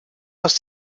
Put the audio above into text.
aus